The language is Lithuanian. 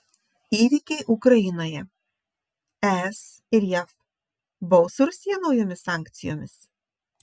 įvykiai ukrainoje es ir jav baus rusiją naujomis sankcijomis